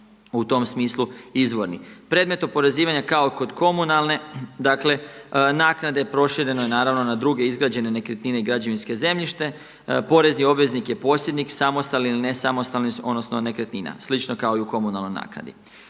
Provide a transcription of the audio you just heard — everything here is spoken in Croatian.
u tom smislu izvorni. Predmet oporezivanja kao kod komunalne, dakle naknade prošireno je naravno na druge izgrađene nekretnine i građevinsko zemljište. Porezni obveznik je posjednik samostalni ili nesamostalni, odnosno nekretnina slično kao i u komunalnoj naknadi.